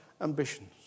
ambitions